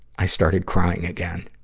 i started crying again.